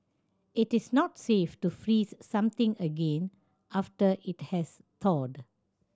it is not safe to freeze something again after it has thawed